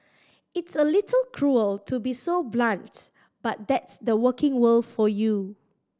it's a little cruel to be so blunt but that's the working world for you